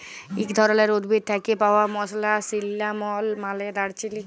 ইক ধরলের উদ্ভিদ থ্যাকে পাউয়া মসলা সিল্লামল মালে দারচিলি